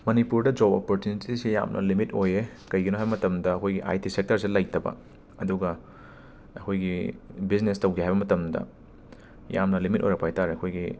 ꯃꯅꯤꯄꯨꯔꯗ job opportunities ꯌꯥꯝꯅ limit ꯑꯣꯏꯌꯦ ꯀꯩꯒꯤꯅꯣ ꯍꯥꯏꯕ ꯃꯇꯝꯗ ꯑꯩꯈꯣꯏꯒꯤ ꯑꯥꯏ ꯇꯤ ꯁꯦꯛꯇꯔꯁꯦ ꯂꯩꯇꯕ ꯑꯗꯨꯒ ꯑꯩꯈꯣꯏꯒꯤ ꯕꯤꯖꯅꯦꯁ ꯇꯧꯒꯦ ꯍꯥꯏꯕ ꯃꯇꯝꯗ ꯌꯥꯝꯅ ꯂꯤꯃꯤꯠ ꯑꯣꯏꯔꯛꯄ ꯍꯥꯏꯇꯥꯔꯦ ꯑꯩꯈꯣꯏꯒꯤ